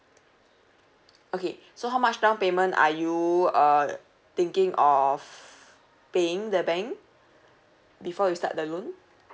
okay so how much down payment are you uh thinking of paying the bank before you start the loan